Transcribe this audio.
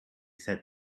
said